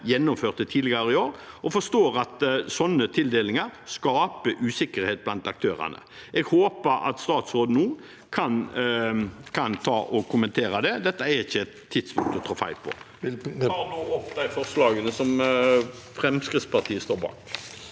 gjennomførte tidligere i år, og jeg forstår at slike tildelinger skaper usikkerhet blant aktørene. Jeg håper at statsråden nå kan kommentere det. Dette er ikke et tidspunkt for å